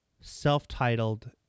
self-titled